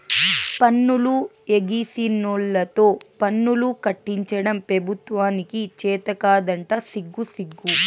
పన్నులు ఎగేసినోల్లతో పన్నులు కట్టించడం పెబుత్వానికి చేతకాదంట సిగ్గుసిగ్గు